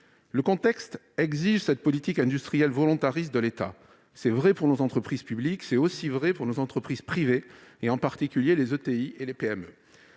Le contexte exige cette politique industrielle volontariste de l'État. C'est vrai pour nos entreprises publiques, cela l'est aussi pour nos entreprises privées, en particulier les ETI et les PME.